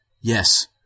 yes